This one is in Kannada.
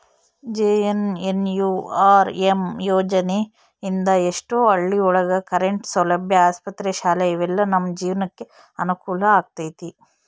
ಜೆ.ಎನ್.ಎನ್.ಯು.ಆರ್.ಎಮ್ ಯೋಜನೆ ಇಂದ ಎಷ್ಟೋ ಹಳ್ಳಿ ಒಳಗ ಕರೆಂಟ್ ಸೌಲಭ್ಯ ಆಸ್ಪತ್ರೆ ಶಾಲೆ ಇವೆಲ್ಲ ನಮ್ ಜೀವ್ನಕೆ ಅನುಕೂಲ ಆಗೈತಿ